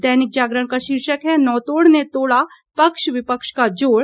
दैनिक जागरण का शीर्षक है नौतोड़ ने तोड़ा पक्ष विपक्ष का जोड़